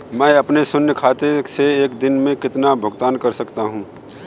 मैं अपने शून्य खाते से एक दिन में कितना भुगतान कर सकता हूँ?